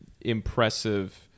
impressive